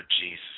Jesus